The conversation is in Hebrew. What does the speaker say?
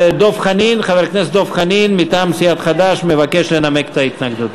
חבר הכנסת דב חנין מטעם סיעת חד"ש מבקש לנמק את ההתנגדות.